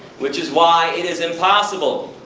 which is why it is impossible.